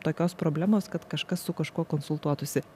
tokios problemos kad kažkas su kažkuo konsultuotųsi